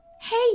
Hey